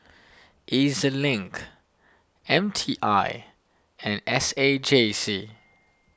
E Z Link M T I and S A J C